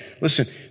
Listen